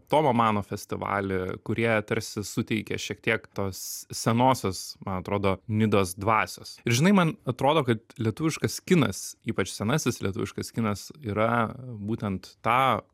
tomo mano festivalį kurie tarsi suteikia šiek tiek tos senosios man atrodo nidos dvasios ir žinai man atrodo kad lietuviškas kinas ypač senasis lietuviškas kinas yra būtent tą